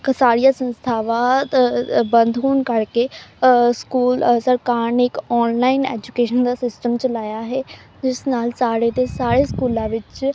ਕ ਸਾਰੀਆਂ ਸੰਸਥਾਵਾਂ ਅ ਹੋਣ ਕਰਕੇ ਸਕੂਲ ਅ ਸਰਕਾਰ ਨੇ ਇੱਕ ਔਨਲਾਈਨ ਐਜੂਕੇਸ਼ਨ ਦਾ ਸਿਸਟਮ ਚਲਾਇਆ ਹੈ ਜਿਸ ਨਾਲ ਸਾਰੇ ਦੇ ਸਾਰੇ ਸਕੂਲਾਂ ਵਿੱਚ